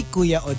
Kuya